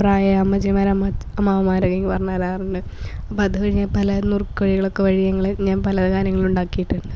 പ്രായ അമ്മച്ചിമാർ അമ്മാവന്മാരൊക്കെ എനിക്ക് പറഞ്ഞ് തരാറുണ്ട് അപ്പം അത് വഴിയേ പല നുറുക്ക് വഴികളക്കെ വഴിയെ ഇപ്പം ഞങ്ങൾ പല കാര്യങ്ങളുണ്ടാക്കീട്ടുണ്ട്